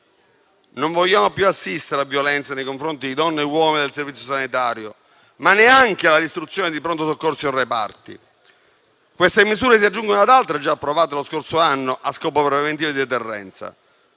Non vogliamo più assistere a violenze nei confronti di donne e uomini del Servizio sanitario, e neanche alla distruzione di pronto soccorso e reparti. Queste misure si aggiungono ad altre già approvate lo scorso anno a scopo preventivo di deterrenza.